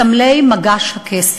מסמלי "מגש הכסף".